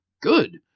good